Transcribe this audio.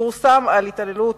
פורסם על התעללות